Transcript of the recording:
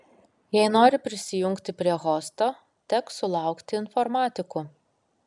jei nori prisijungti prie hosto teks sulaukti informatikų